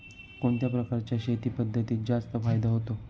कोणत्या प्रकारच्या शेती पद्धतीत जास्त फायदा होतो?